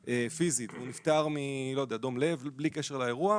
פיזית והוא נפטר מדום לב בלי קשר לאירוע,